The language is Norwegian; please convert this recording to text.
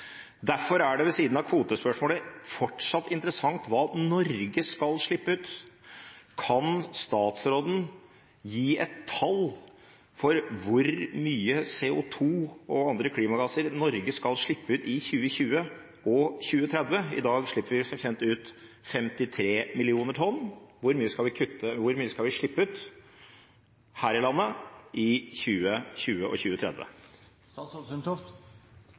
Derfor er det – ved siden av kvotespørsmålet – fortsatt interessant hva Norge skal slippe ut. Kan statsråden gi et tall for hvor mye CO2 og andre klimagasser Norge skal slippe ut i 2020 og 2030? I dag slipper vi som kjent ut 53 millioner tonn. Hvor mye skal vi kutte, hvor mye skal vi slippe ut her i landet, i 2020 og 2030?